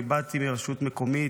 אני באתי מרשות מקומית,